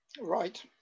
Right